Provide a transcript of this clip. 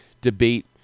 debate